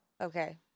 Okay